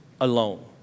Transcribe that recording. alone